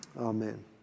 Amen